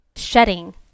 shedding